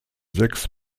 sechs